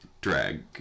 Drag